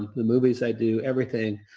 the movies i do, everything,